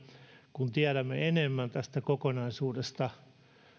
kun tiedämme enemmän tästä kokonaisuudesta